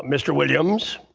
mr. williams,